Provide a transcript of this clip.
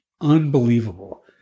unbelievable